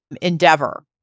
endeavor